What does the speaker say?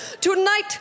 Tonight